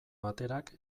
baterak